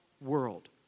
world